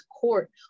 court